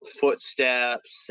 footsteps